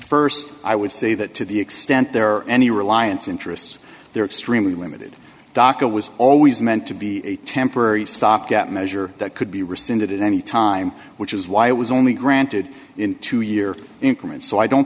honor st i would say that to the extent there are any reliance interests they're extremely limited docket was always meant to be a temporary stopgap measure that could be rescinded at any time which is why it was only granted in two year increments so i don't